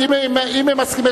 אם הם מסכימים,